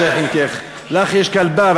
לך יש כלבה,